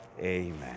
amen